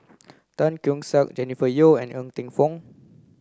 Tan Keong Saik Jennifer Yeo and Ng Teng Fong